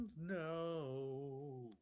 No